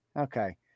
Okay